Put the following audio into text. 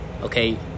okay